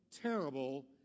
terrible